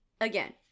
Again